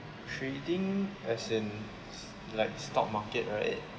trading as in like stock market right